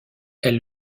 elle